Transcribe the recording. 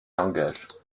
langage